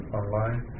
online